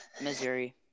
Missouri